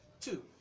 two